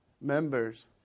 members